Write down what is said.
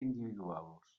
individuals